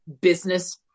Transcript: business